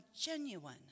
genuine